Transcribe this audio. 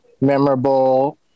memorable